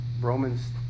Romans